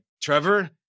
Trevor